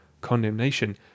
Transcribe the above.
condemnation